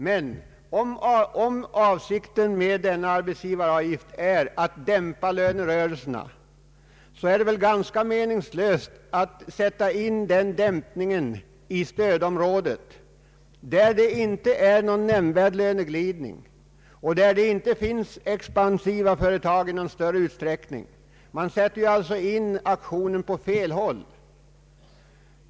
Men om avsikten med arbetsgivaravgiften är att dämpa lönerörelserna, är det väl ganska meningslöst att sätta in åtgärden i stödområdet, där det inte förekommer någon nämnvärd löneglidning och där det inte finns expansiva företag i större utsträckning. Man sätter in aktionen på fel håll.